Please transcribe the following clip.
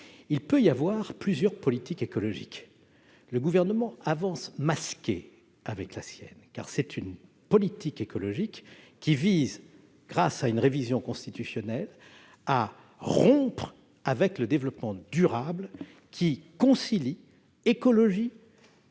revanche y avoir plusieurs politiques écologiques. Le Gouvernement avance masqué avec la sienne : il s'agit d'une politique écologique qui vise, grâce à une révision constitutionnelle, à rompre avec une conception du développement durable qui concilie écologie,